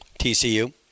TCU